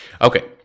Okay